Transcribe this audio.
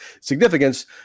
significance